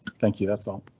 thank you, that's all.